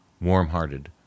warm-hearted